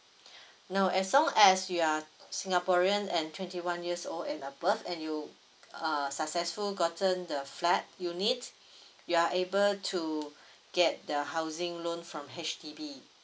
no as long as you are singaporean and twenty one years old and above and you err successful gotten the flat unit you are able to get the housing loan from H_D_B